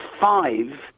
five